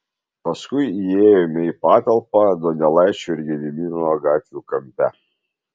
paskui įėjome į patalpą donelaičio ir gedimino gatvių kampe